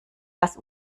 das